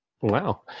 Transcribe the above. Wow